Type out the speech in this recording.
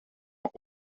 mijn